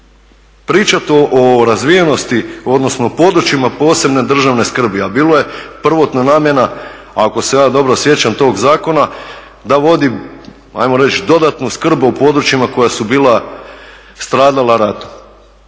Pričati o područjima od posebne državne skrbi, a bilo je prvotno namjena ako se ja dobro sjećam tog zakona da vodi ajmo reći dodatnu skrb o područjima koja su bila stradala ratom.